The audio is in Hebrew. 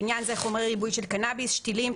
לעניין זה "חומרי ריבוי של קנאביס" שתילים,